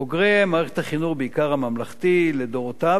בוגרי מערכת החינוך, בעיקר הממלכתי לדורותיו,